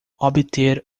obter